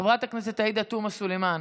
חברת הכנסת עאידה תומא סלימאן,